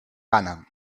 gana